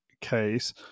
case